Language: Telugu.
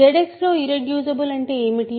ZX లో ఇర్రెడ్యూసిబుల్ అంటే ఏమిటి